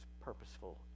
purposeful